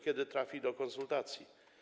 Kiedy trafi do konsultacji?